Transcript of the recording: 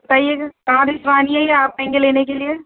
صحیح ہے کہاں بھجوانی ہے یا آپ آئیں گے لینے کے لیے